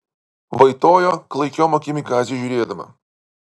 vaitojo klaikiom akim į kazį žiūrėdama